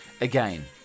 Again